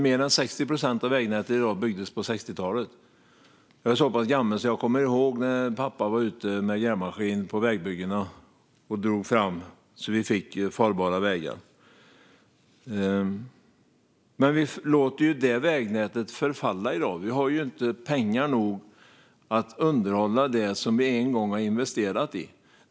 Mer än 60 procent av vägnätet byggdes på 60-talet, och jag är så pass gammal att jag kommer ihåg när pappa var ute med grävmaskin på vägbyggena och drog fram så att vi fick farbara vägar. Men i dag låter vi det vägnätet förfalla - vi har inte pengar nog att underhålla det som vi en gång har investerat i.